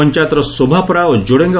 ପଞାୟତର ଶୋଭାପାରା ଓ ଯୋଡ଼େଙ୍ଗ